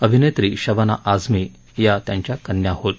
अभिनेत्री शबाना आझमी या त्यांच्या कन्या होत